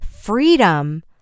freedom